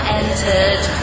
entered